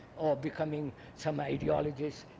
or becoming some ideologist.